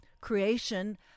creation